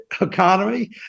economy